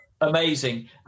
Amazing